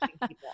people